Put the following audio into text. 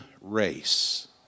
race